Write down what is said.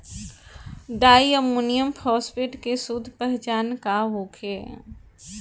Di ammonium phosphate के शुद्ध पहचान का होखे?